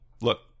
look